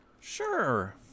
Sure